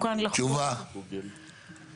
בסוף לאזור וגם טובים בסופו של יום למימון הרפורמה,